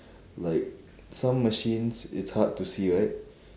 like some machines it's hard to see right